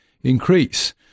increase